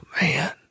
man